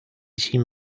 sin